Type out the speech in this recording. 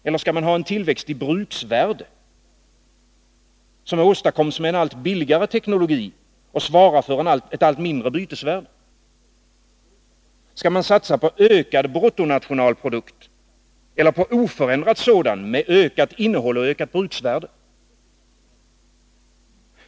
Eller skall man ha en tillväxt i bruksvärde, som åstadkoms med en allt billigare teknologi och svarar för ett allt mindre bytesvärde? Skall man satsa på ökad bruttonationalprodukt eller på oförändrad sådan med ökat innehåll och ökat bruksvärde?